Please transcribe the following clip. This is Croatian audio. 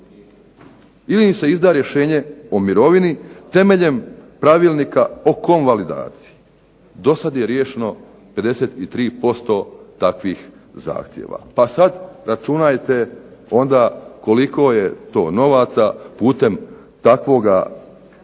ili im se izda rješenje o mirovinu temeljem Pravilnika o konvalidaciji. Do sada je riješeno 53% takvih zahtjeva. Pa sada računajte koliko je to onda novaca, putem takvoga